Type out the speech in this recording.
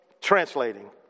translating